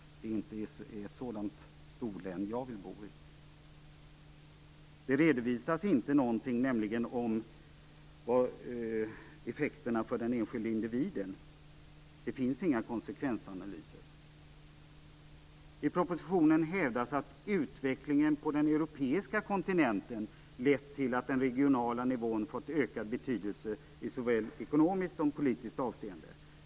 Det är inte ett sådant storlän jag vill bo i. Effekterna för den enskilde individen redovisas nämligen inte. Det finns inga konsekvensanalyser. I propositionen hävdas att utvecklingen på den europeiska kontinenten lett till att den regionala nivån fått ökad betydelse i såväl ekonomiskt som politiskt avseende.